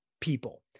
people